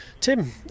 Tim